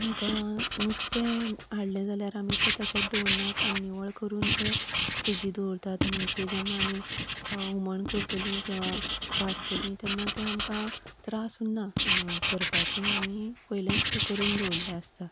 आमकां नुस्तें हाडलें जाल्यार आमी तें तशेंच दवरनात आमी निवळ करून तें फ्रिजींत दवोरतात म्हुणजे जेन्ना आमी हुमण करतली किंवां भाजतली तेन्ना तें आमकां त्रास उन्ना करपाचेय आमी पयलेच तें करून दवरिल्लें आसता